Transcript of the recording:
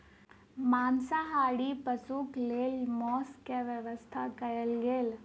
मांसाहारी पशुक लेल मौसक व्यवस्था कयल गेल